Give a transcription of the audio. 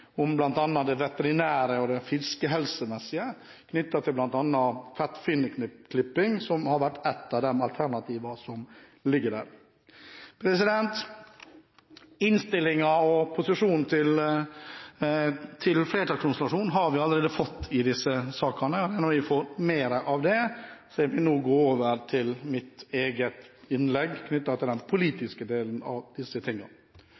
beslutning om bl.a. det veterinær- og fiskehelsemessige, knyttet til bl.a. fettfinneklipping, som har vært et av de alternativene som ligger der. Innstillingene og posisjonen til flertallskonstellasjonen har vi allerede fått i disse sakene. Nå har vi fått mer av det, så jeg vil gå over til mitt eget innlegg knyttet til den politiske delen av disse